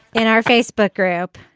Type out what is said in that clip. in our facebook group